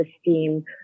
esteem